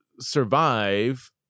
survive